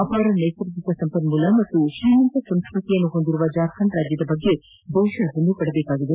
ಅಪಾರ ನೈಸರ್ಗಿಕ ಸಂಪನ್ನೂಲ ಮತ್ತು ಶ್ರೀಮಂತ ಸಂಸ್ಕತಿಯನ್ನು ಹೊಂದಿರುವ ಜಾರ್ಖಂಡ್ ರಾಜ್ಯದ ಬಗ್ಗೆ ದೇಶ ಹೆಮ್ನೆ ಪಡಬೇಕಾಗಿದೆ